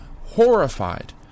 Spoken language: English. horrified